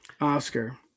Oscar